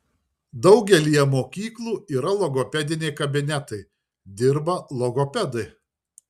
daugelyje mokyklų yra logopediniai kabinetai dirba logopedai